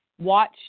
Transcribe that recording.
Watch